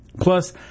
Plus